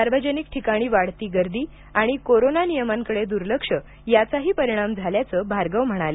सार्वजनिक ठिकाणी वाढती गर्दी आणि कोरोना नियमांकडं दूर्लक्ष याचाही परिणाम झाल्याचं भार्गव म्हणाले